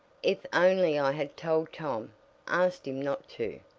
if only i had told tom asked him not to!